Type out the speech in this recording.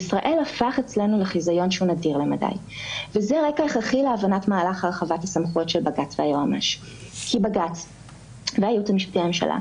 סכסוכים מאוד לא פשוטים בחברה הרב תרבותית ולא פעם משוסעת